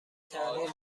تغییر